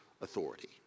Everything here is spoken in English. authority